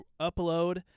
upload